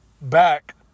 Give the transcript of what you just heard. back